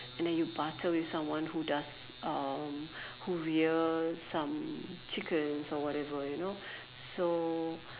and then you barter with someone who does uh who rear some chicken some whatever you know so